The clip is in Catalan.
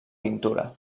pintura